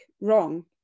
wrong